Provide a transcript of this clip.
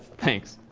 thanks.